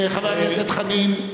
חבר הכנסת חנין.